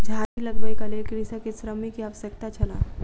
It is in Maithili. झाड़ी लगबैक लेल कृषक के श्रमिक के आवश्यकता छल